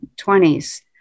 20s